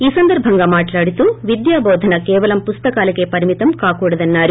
ఈ సందర్భంగా మాట్లాడుతూ విధ్యాబోధన కేవలం పుస్తకాలకే పరిమితం కాకూడదని అన్నారు